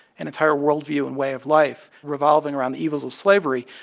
an entire worldview and way of life revolving around the evils of slavery